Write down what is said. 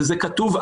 וזה כתוב,